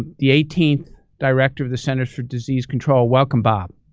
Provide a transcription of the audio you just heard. ah the eighteenth director of the centers for disease control. welcome, bob.